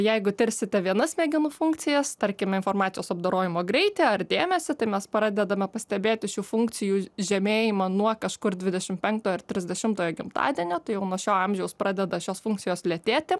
jeigu tirsite vienas smegenų funkcijas tarkime informacijos apdorojimo greitį ar dėmesį tai mes pradedame pastebėti šių funkcijų žemėjimą nuo kažkur dvidešim penktojo ar trisdešimtojo gimtadienio tai jau nuo šio amžiaus pradeda šios funkcijos lėtėti